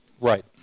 Right